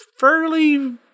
fairly